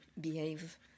behave